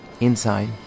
Inside